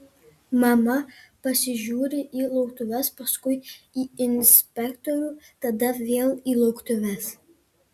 mama pasižiūri į lauktuves paskui į inspektorių tada vėl į lauktuves